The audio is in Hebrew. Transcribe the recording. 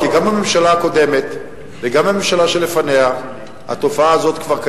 כי גם בממשלה הקודמת וגם בממשלה שלפניה התופעה הזאת היתה